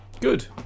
Good